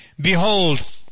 behold